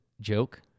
joke